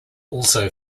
also